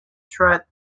tread